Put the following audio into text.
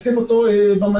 ולשים אותו במלון.